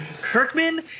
Kirkman